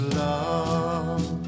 love